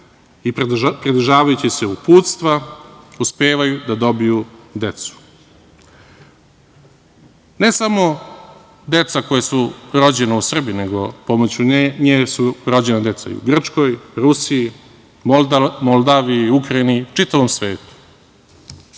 i pridržavajući se uputstva, uspevaju da dobiju decu. Ne samo deca koja su rođena u Srbiji, nego pomoću nje su rođena deca u Grčkoj, Rusiji, Moldaviji, Ukrajini, čitavom svetu. Želeo